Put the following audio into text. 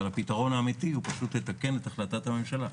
הפתרון האמיתי הוא פשוט לתקן את החלטת הממשלה.